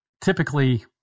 Typically